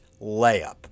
layup